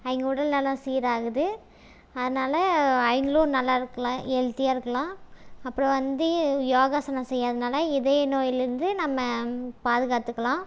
அவங்க உடல் எல்லாம் சீராகுது அதனால அவங்களும் நல்லாயிருக்கலாம் ஹெல்த்தியாகருக்கலாம் அப்புறம் வந்து யோகாசனம் செய்கிறததுனால இதய நோயிலிருந்து நம்மை பாதுகாத்துக்கலாம்